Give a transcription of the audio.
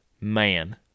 man